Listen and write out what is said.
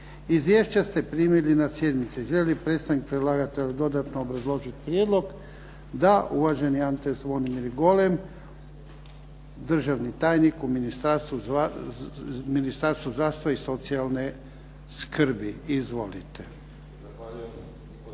Izvješća ste primili na sjednici. Želi li predstavnik predlagatelja dodatno obrazložiti prijedlog? Da. Uvaženi Ante Zvonimir Golem, državni tajnik u Ministarstvu zdravstva i socijalne skrbi. Izvolite.